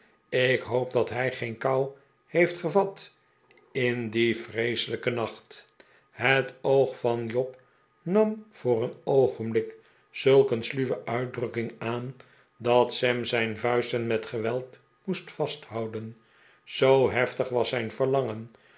ik hoop dat hij geen kou heeft gevat in dien vreeselijken nacht het oog van job nam voor een oogenblik zulk een sluwe uitdrukking aan dat sam zijn vuisten met geweld moest vasthouden zoo heftig was zijn verlangen